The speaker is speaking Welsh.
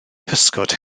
pysgod